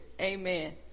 Amen